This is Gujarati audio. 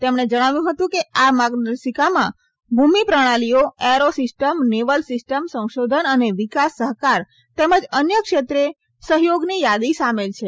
તેમણે જણાવ્યું હતું કે આ માર્ગદર્શિકામાં ભૂમિ પ્રણાલીઓ એરો સિસ્ટમ નેવલ સીસ્ટમ સંશોધન અને વિકાસ સહકાર તેમજ અન્ય ક્ષેત્રે સહયોગની યાદી સામેલ છે